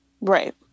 right